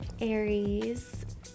Aries